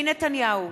בנימין נתניהו,